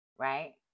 right